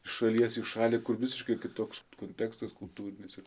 iš šalies į šalį kur visiškai kitoks kontekstas kultūrinis ir